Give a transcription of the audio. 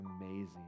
amazing